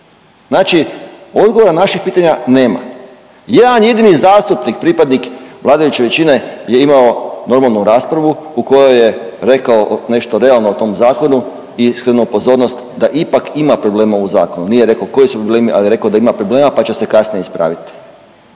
Znači odgovora na naša pitanja nema. Jedan jedini zastupnik pripadnik vladajuće većine je imao normalnu raspravu u kojoj je rekao nešto realno o tom zakonu i skrenuo pozornost da ipak ima problema u zakonu. Nije rekao koji su problemi, ali je rekao da ima problema, pa će se kasnije ispraviti.